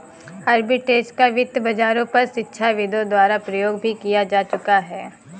arbitrage का वित्त बाजारों पर शिक्षाविदों द्वारा प्रयोग भी किया जा चुका है